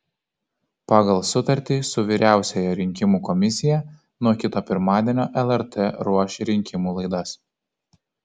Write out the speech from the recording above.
pagal sutartį su vyriausiąja rinkimų komisija nuo kito pirmadienio lrt ruoš rinkimų laidas